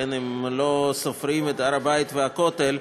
אם לא סופרים את הר-הבית והכותל,